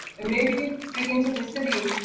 and maybe speaking to the city,